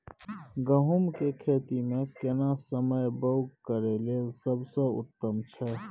गहूम के खेती मे केना समय बौग करय लेल सबसे उत्तम छै?